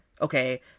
okay